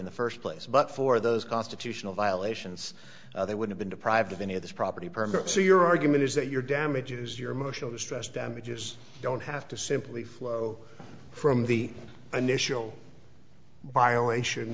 in the first place but for those constitutional violations they would have been deprived of any of this property permit so your argument is that your damages your emotional distress damages don't have to simply flow from the initial violation